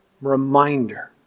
reminder